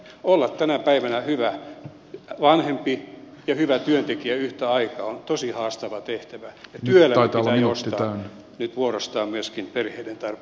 olla tänä päivänä hyvä vanhempi ja hyvä työntekijä yhtä aikaa se on tosi haastava tehtävä ja työelämän pitää joustaa nyt vuorostaan myöskin perheiden tai